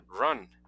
run